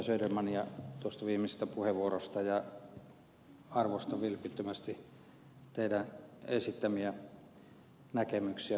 södermania tuosta viimeisestä puheenvuorosta ja arvostan vilpittömästi teidän esittämiänne näkemyksiä